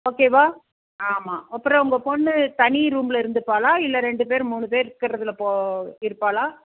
ஓகேவா ஆமாம் அப்புறம் உங்கள் பொண்ணு தனி ரூமில் இருந்துப்பாளா இல்லை ரெண்டு பேர் மூணு பேர் இருக்கிறதுல போ இருப்பாளா